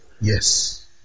Yes